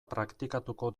praktikatuko